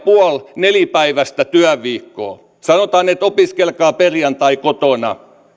pilkku viisi viiva neljä päiväistä työviikkoa sanotaan että opiskelkaa perjantai kotona